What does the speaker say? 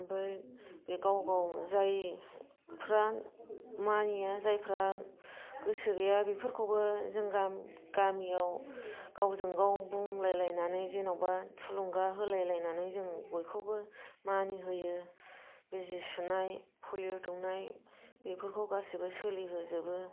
ओमफ्राय बे गाव गाव जायफ्रा मानिया जायफ्रा गोसो गैया बेफोरखौबो जों गाम गामियाव गावजों गाव बुंलायलायनानै जेन'बा थुलुंगा होलायलायनानै जों बयखौबो मानिहोयो बिजि सुनाय पलिअ दौनाय बेफोरखौ गासिबो सोलिहोजोबो